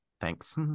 Thanks